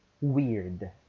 weird